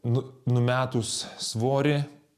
nu numetus svorį